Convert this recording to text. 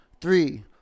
three